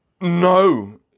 no